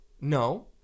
No